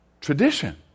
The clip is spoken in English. tradition